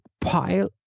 pile